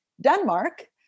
Denmark